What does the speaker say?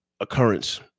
occurrence